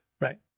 Right